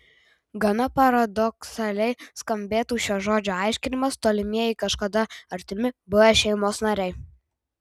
gana paradoksaliai skambėtų šio žodžio aiškinimas tolimieji kažkada artimi buvę šeimos nariai